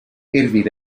hervir